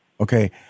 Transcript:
Okay